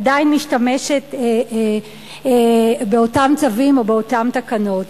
עדיין משתמשת באותם צווים ובאותן תקנות.